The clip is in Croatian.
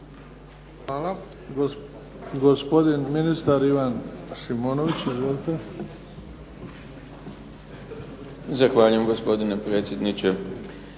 Hvala. Gospodin ministar Ivan Šimonović. Izvolite. **Šimonović, Ivan** Zahvaljujem gospodine predsjedniče.